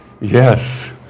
yes